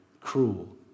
cruel